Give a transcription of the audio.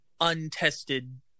untested